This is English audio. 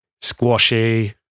Squashy